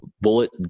bullet